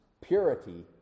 purity